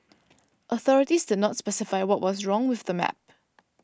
authorities did not specify what was wrong with the map